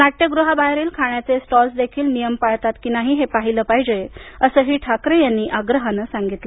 नाट्यगृहाबाहेरील खाण्याचे स्टॉल्स देखील नियम पाळतात की नाही हे पाहिले पाहिजे असेही ठाकरे यांनी आग्रहाने सांगितले